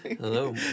Hello